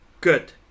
good